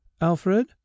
Alfred